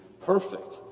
perfect